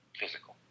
physical